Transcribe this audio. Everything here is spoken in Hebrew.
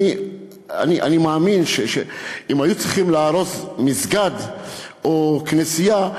אני מאמין שאם היו צריכים להרוס מסגד או כנסייה,